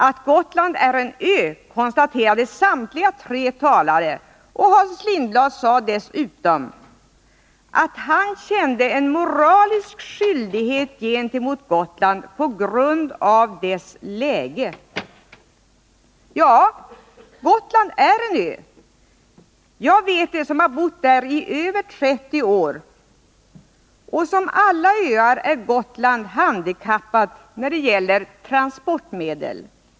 Att Gotland är en ö konstaterade då samtliga tre talare, och Hans Lindblad sade dessutom att han kände en moralisk skyldighet gentemot Gotland på grund av dess läge. Ja, Gotland är en ö. Jag vet det som har bott där i över 30 år. Och liksom alla öar är Gotland handikappat när det gäller transportmedel.